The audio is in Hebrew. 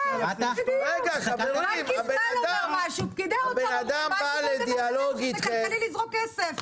--- הם חושבים שכלכלי לזרוק כסף.